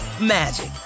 magic